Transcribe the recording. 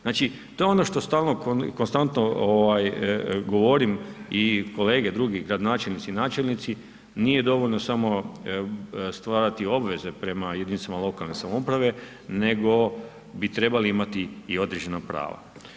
Znači, to je ono što stalno konstantno govorim i kolege drugi gradonačelnici i načelnici, nije dovoljno samo stvarati obveze prema jedinicama lokalne samouprave nego bi trebali imati i određena prava.